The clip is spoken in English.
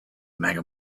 mega